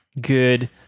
good